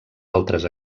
altres